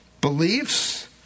beliefs